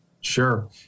Sure